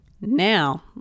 Now